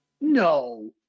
No